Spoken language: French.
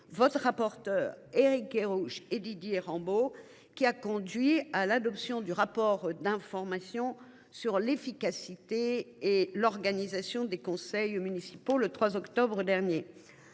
votre rapporteure, Éric Kerrouche et Didier Rambaud et qui a conduit à l’adoption du rapport d’information sur l’efficacité du fonctionnement des conseils municipaux, le 3 octobre dernier,